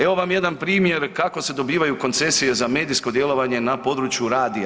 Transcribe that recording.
Evo vam jedan primjer kako se dobivaju koncesije za medijsko djelovanje na području radija.